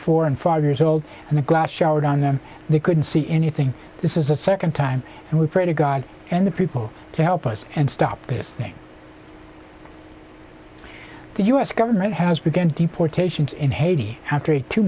four and five years old and the glass showered on them they couldn't see anything this is the second time and we pray to god and the people to help us and stop this thing the u s government has began deportations in haiti after